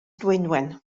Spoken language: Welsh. dwynwen